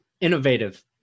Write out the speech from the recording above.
Innovative